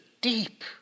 deep